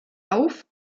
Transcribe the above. auf